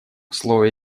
слово